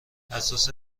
اساس